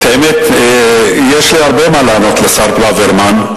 את האמת, יש לי הרבה מה לענות לשר ברוורמן,